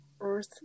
earth